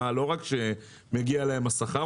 לא רק שמגיע להם השכר,